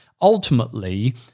Ultimately